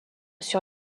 sur